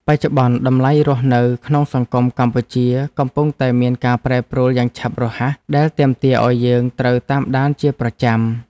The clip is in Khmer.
បច្ចុប្បន្ន តម្លៃរស់នៅក្នុងសង្គមកម្ពុជាកំពុងតែមានការប្រែប្រួលយ៉ាងឆាប់រហ័សដែលទាមទារឱ្យយើងត្រូវតាមដានជាប្រចាំ។